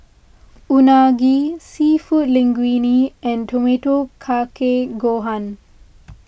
Unagi Seafood Linguine and tomato Kake Gohan